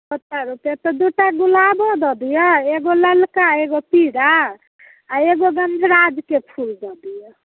सत्तर रूपे तऽ दू टा गुलाबो दऽ दिअ एगो ललका एगो पीरा आ एगो गंधराजके फूल दऽ दिअ